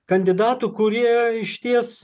kandidatų kurie išties